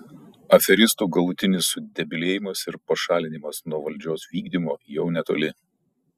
aferistų galutinis sudebilėjimas ir pašalinimas nuo valdžios vykdymo jau netoli